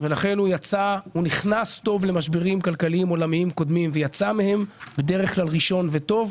- הוא גם נכנס טוב למשברים כלכליים עולמיים קודמים ויצא מהם ראשון וטוב,